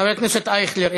חבר הכנסת אייכלר,